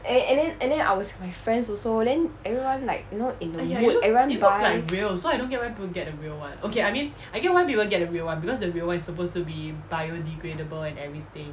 and and then and then I was with my friends also then everyone like you know in the mood everyone buy